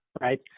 right